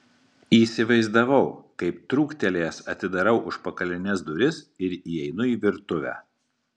įsivaizdavau kaip trūktelėjęs atidarau užpakalines duris ir įeinu į virtuvę